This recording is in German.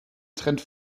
trend